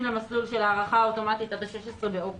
למסלול של הארכה אוטומטית עד ה-16.8,